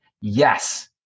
Yes